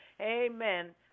amen